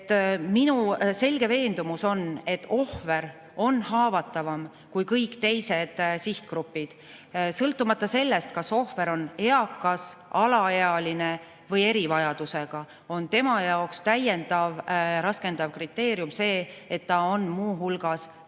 Minu selge veendumus on, et ohver on haavatavam kui kõik teised sihtgrupid. Sõltumata sellest, kas ohver on eakas, alaealine või erivajadusega, on tema jaoks täiendav raskendav kriteerium see, et ta on muu hulgas ohver.